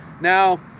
Now